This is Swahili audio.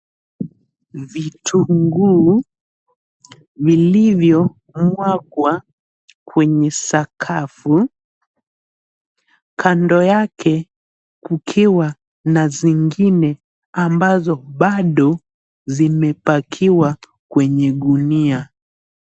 Vitunguu vilivyomwaga kwenye sakafu kando yake kukiwa na vingine ambazo bado zimepakiwa kwenye gunia.